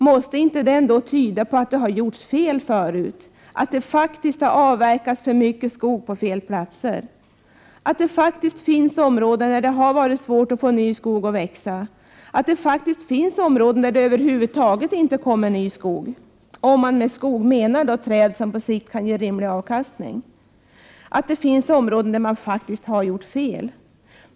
Måste det inte ändå tyda på att det gjorts fel förut, att det har avverkats för mycket skog på fel platser, att det finns områden där det varit svårt att få ny skog att växa, att det finns områden där det över huvud taget inte kommer ny skog, om man med skog menar träd som på sikt kan ge rimlig avkastning? Kan det vara så att det finns områden där man faktiskt har gjort fel?